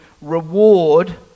reward